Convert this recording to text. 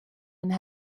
and